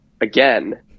again